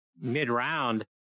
mid-round